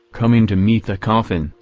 coming to meet the coffin,